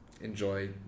enjoy